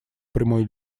прямой